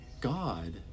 God